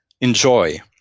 enjoy